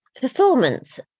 performance